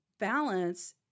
Balance